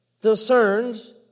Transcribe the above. discerns